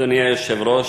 אדוני היושב-ראש,